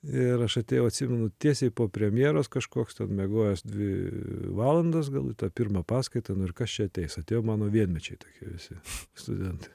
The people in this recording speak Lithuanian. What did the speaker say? ir aš atėjau atsimenu tiesiai po premjeros kažkoks ten miegojęs dvi valandas gal į tą pirmą paskaitą nu ir kas čia ateis atėjo mano vienmečiai tokie visi studentai